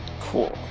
Cool